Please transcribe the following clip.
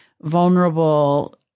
vulnerable